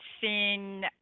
seen